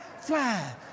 fly